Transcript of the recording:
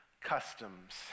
customs